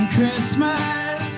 Christmas